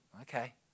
Okay